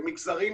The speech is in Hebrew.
כשבמגזרים